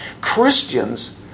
Christians